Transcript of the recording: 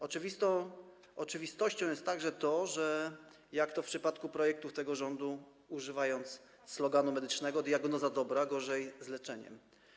Oczywistą oczywistością jest także to, że jak to w przypadku projektów tego rządu, użyję sloganu medycznego: diagnoza dobra, gorzej z leczeniem.